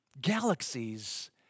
galaxies